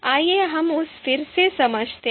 आइए हम इसे फिर से समझते हैं